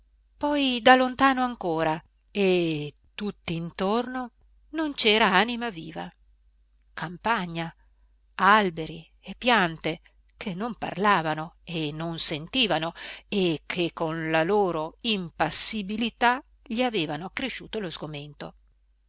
poi da lontano ancora e tutt'intorno non c'era anima viva campagna alberi e piante che non parlavano e non sentivano che con la loro impassibilità gli avevano accresciuto lo sgomento